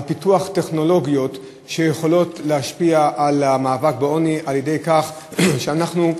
פיתוח טכנולוגיות שיכולות להשפיע על המאבק בעוני על-ידי כך שאנחנו,